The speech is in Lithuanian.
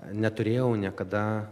neturėjau niekada